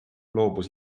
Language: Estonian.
loobus